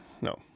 No